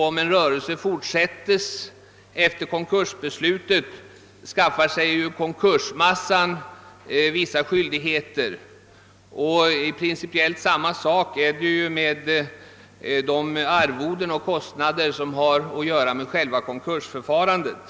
Om en rörelse fortsätter att bedriva sin verksamhet efter konkursbeslutet ådrar sig konkursmassan vissa skyldigheter, och i princip gäller samma sak de arvoden och kostnader som sammanhänger med själva konkursförfarandet.